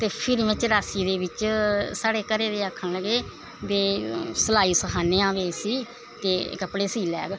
ते फिर में चरासी दे बिच्च साढ़े घरे दे आखन लगे ते सलाई सखान्ने आं इसी ते कपड़े सीऽ लैह्ग